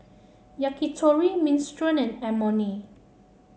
Yakitori Minestrone and Imoni